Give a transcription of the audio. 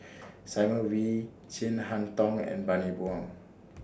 Simon Wee Chin Harn Tong and Bani Buang